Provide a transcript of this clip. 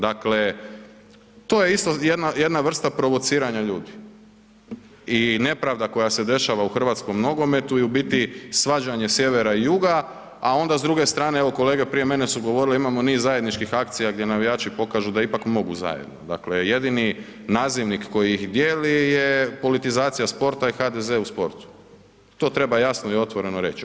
Dakle, to je isto jedna, jedna vrsta provociranja ljudi i nepravda koja se dešava u hrvatskom nogometu je u biti svađanje sjevera i juga, a onda s druge strane, evo kolege prije mene su govorile imamo niz zajedničkih akcija gdje navijači pokažu da ipak mogu zajedno, dakle jedini nazivnik koji ih dijeli je politizacija sporta i HDZ u sportu, to treba jasno i otvoreno reć.